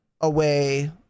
away